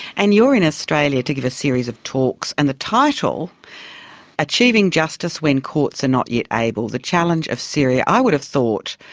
and you're in australia to give a series of talks, and the title achieving justice when courts are not yet able the challenge of syria i would have thought,